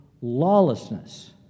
lawlessness